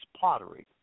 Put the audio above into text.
pottery